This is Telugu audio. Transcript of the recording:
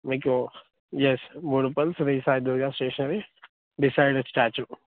మీకు yes Boduppal Sri Sai Durga stationery beside statue